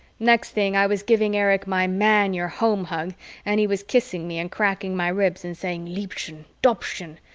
next thing i was giving erich my man, you're home hug and he was kissing me and cracking my ribs and saying, liebchen! doppchen!